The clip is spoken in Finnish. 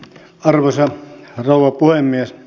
arvoisa rouva puhemies